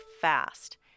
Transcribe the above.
FAST